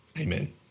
Amen